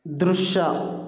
ದೃಶ್ಯ